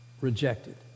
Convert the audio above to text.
rejected